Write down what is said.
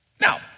Now